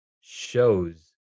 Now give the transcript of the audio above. shows